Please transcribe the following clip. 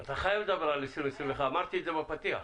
אתה חייב לדבר על שנת 2021. אמרתי את זה בפתיח.